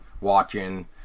watching